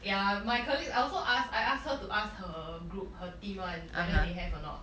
ya my colleague I also ask I ask her to ask her group her team [one] whether they have or not